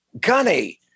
Gunny